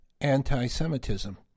anti-Semitism